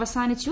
അവസാനിച്ചു